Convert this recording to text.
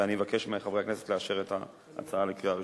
ואני מבקש מחברי הכנסת לאשר את ההצעה בקריאה ראשונה.